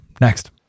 Next